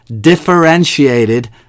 differentiated